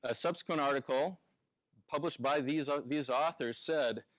ah subsequent article published by these ah these authors said,